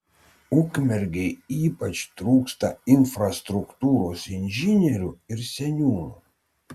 ukmergei ypač trūksta infrastruktūros inžinierių ir seniūnų